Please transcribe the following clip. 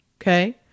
Okay